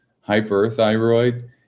hyperthyroid